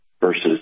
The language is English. versus